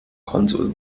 konsul